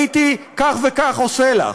הייתי כך וכך עושה לך,